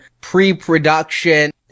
pre-production